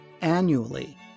annually